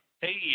hey